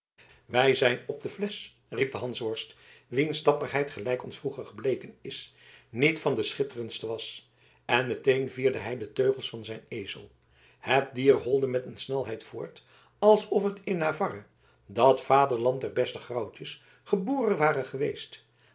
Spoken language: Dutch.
wij zijn op de flesch riep de hansworst wiens dapperheid gelijk ons vroeger gebleken is niet van de schitterendste was en meteen vierde hij de teugels van zijn ezel het dier holde met een snelheid voort alsof het in navarre dat vaderland der beste grauwtjes geboren ware geweest